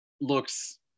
looks